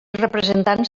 representants